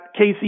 KC